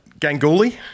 Ganguly